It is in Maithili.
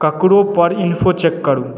ककरो पर इन्फो चेक करू